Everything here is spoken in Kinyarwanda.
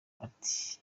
ati